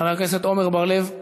חבר הכנסת עמר בר-לב,